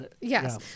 Yes